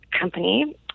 company